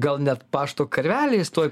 gal net pašto karveliais tuoj